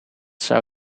zou